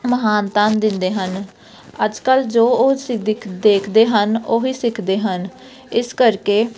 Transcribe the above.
ਮਹਾਨਤਾਨ ਦਿੰਦੇ ਹਨ ਅੱਜ ਕੱਲ੍ਹ ਜੋ ਉਹ ਸਿ ਦਿਖ ਦੇਖਦੇ ਹਨ ਉਹੀ ਸਿੱਖਦੇ ਹਨ ਇਸ ਕਰਕੇ